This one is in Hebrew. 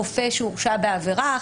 רופא שהורשע בעבירה,